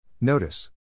Notice